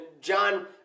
John